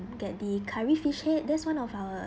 get the curry fish head there's one of our